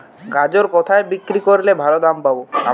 গাজর কোথায় বিক্রি করলে ভালো দাম পাব?